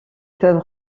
peuvent